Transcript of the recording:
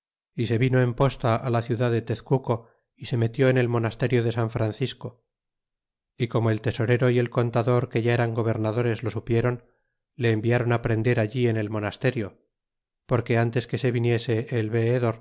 y se vino en posta la ciudad de tunco y se metió en el monasterio de san francisco y como el tesorero y el contador que ya eran gobernadores lo supieron le environ prender allí en el monasterio porque ntes que se viniese el